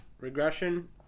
Regression